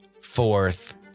fourth